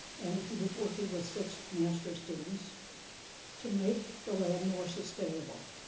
and he was working with six master's students to make the land more sustainable.